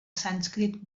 sànscrit